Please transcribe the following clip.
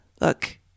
Look